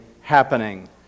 happening